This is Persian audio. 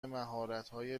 مهارتهای